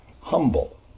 humble